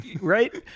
Right